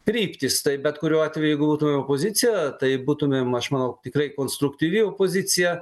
kryptys tai bet kuriuo atveju jeigu būtumėm opozicija tai būtumėm aš manau tikrai konstruktyvi opozicija